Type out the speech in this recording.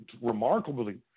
remarkably